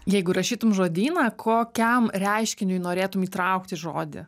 jeigu rašytum žodyną kokiam reiškiniui norėtum įtraukti žodį